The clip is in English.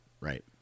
right